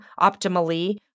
optimally